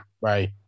Right